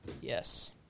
Yes